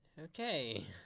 Okay